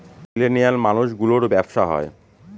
millennial মানুষ গুলোর ব্যাবসা হয়